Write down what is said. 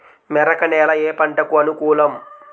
మెరక నేల ఏ పంటకు అనుకూలం?